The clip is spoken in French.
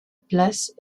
place